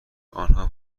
آنها